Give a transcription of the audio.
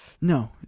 No